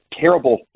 terrible